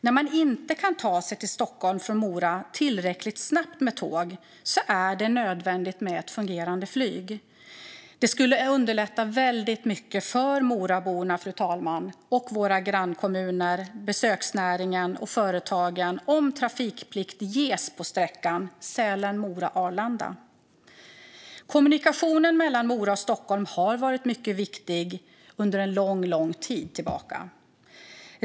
När man inte kan ta sig till Stockholm från Mora tillräckligt snabbt med tåg är det nödvändigt med ett fungerande flyg. Det skulle underlätta väldigt mycket för Moraborna, fru talman, liksom för våra grannkommuner, besöksnäringen och företagen, om trafikplikt infördes på sträckan Sälen-Mora-Arlanda. Kommunikationen mellan Mora och Stockholm har varit mycket viktig under lång tid.